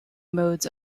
modes